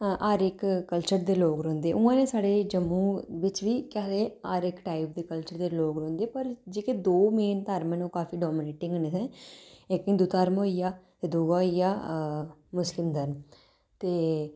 हर इक कल्चर दे लोक रौंह्दे उ'आं गै साढ़े जम्मू बिच केह् आखदे हर इक टाईप दे कल्चर दे लोक रौंह्दे पर जेह्के दौ मेन धर्म न ओह् काफी डामिनेटिंग न इत्थै इक हिंदू धर्म होई गेआ ते दूआ होई गेआ मुस्लिम धर्म ते